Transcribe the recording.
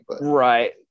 right